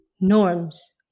norms